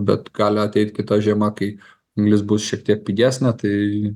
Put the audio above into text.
bet gali ateit kita žiema kai anglis bus šiek tiek pigesnė tai